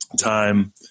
time